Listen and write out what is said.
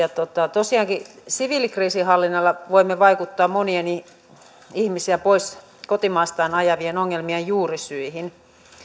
tosiaankin siviilikriisinhallinnalla voimme vaikuttaa monien ihmisiä pois kotimaastaan ajavien ongelmien juurisyihin